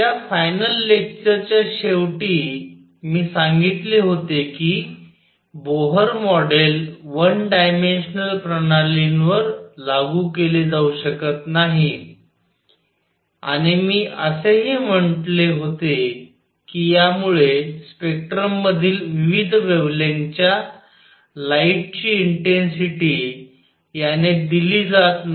त्या final lecture च्या शेवटी मी सांगितले होते की बोहर मॉडेल वन डायमेन्शनल प्रणालींवर लागू केले जाऊ शकत नाही आणि मी असेही म्हटले होते की यामुळे स्पेक्ट्रममधील विविध वेव्हलेंग्थ च्या लाइट ची इंटेन्सिटी याने दिली जात नाही